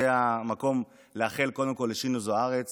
זה המקום לאחל לשינו זוארץ